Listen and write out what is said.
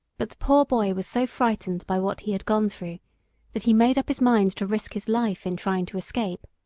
but the poor boy was so frightened by what he had gone through that he made up his mind to risk his life in trying to escape.